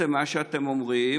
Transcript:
מה שאתם אומרים,